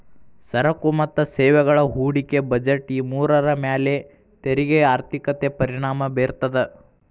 ಸರಕು ಮತ್ತ ಸೇವೆಗಳ ಹೂಡಿಕೆ ಬಜೆಟ್ ಈ ಮೂರರ ಮ್ಯಾಲೆ ತೆರಿಗೆ ಆರ್ಥಿಕತೆ ಪರಿಣಾಮ ಬೇರ್ತದ